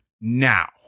Now